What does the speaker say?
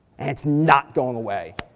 and it's not going away.